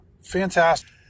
fantastic